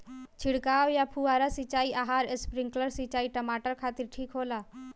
छिड़काव या फुहारा सिंचाई आउर स्प्रिंकलर सिंचाई टमाटर खातिर ठीक होला?